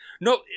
No